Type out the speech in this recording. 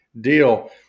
deal